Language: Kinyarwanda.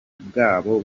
bwabo